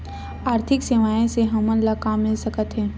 आर्थिक सेवाएं से हमन ला का मिल सकत हे?